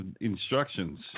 Instructions